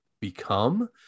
become